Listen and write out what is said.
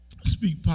Speak